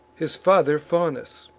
his father faunus